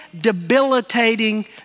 debilitating